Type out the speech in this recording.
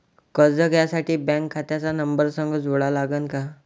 कर्ज घ्यासाठी बँक खात्याचा नंबर संग जोडा लागन का?